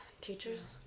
teachers